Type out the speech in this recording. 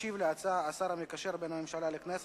ישיב על ההצעה השר המקשר בין הממשלה לכנסת,